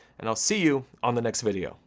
and i'll see you on the next video.